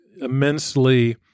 immensely